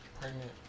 pregnant